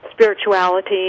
spirituality